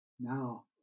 now